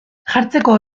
jartzeko